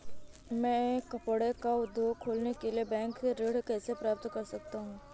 मैं कपड़े का उद्योग खोलने के लिए बैंक से ऋण कैसे प्राप्त कर सकता हूँ?